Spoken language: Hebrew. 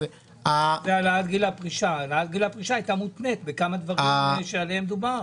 העלאת גיל הפרישה היה מותנה בכמה דברים עליהם דובר.